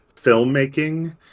filmmaking